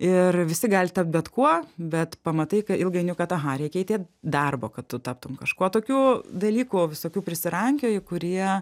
ir visi gali tapt bet kuo bet pamatai kad ilgainiui kad aha reikia eiti į darbą kad tu taptum kažkuo tokių dalykų visokių prisirankioji kurie